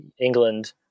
England